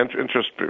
interest